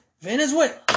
Venezuela